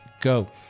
go